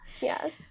Yes